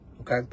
okay